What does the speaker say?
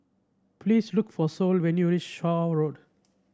please look for Sol when you reach Shaw Road